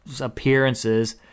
appearances